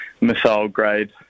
missile-grade